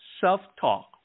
self-talk